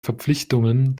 verpflichtungen